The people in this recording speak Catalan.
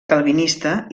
calvinista